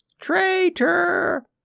Traitor